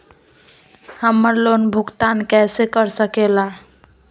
हम्मर लोन भुगतान कैसे कर सके ला?